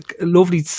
lovely